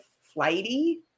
flighty